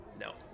no